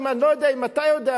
אני לא יודע אם אתה יודע,